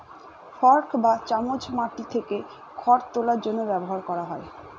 fork বা চামচ মাটি থেকে খড় তোলার জন্য ব্যবহার করা হয়